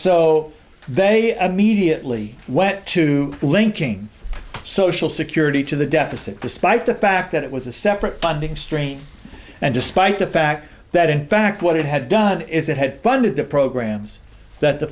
so they at mediately went to linking social security to the deficit despite the fact that it was a separate funding strain and despite the fact that in fact what it had done is it had funded the programs that the